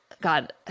God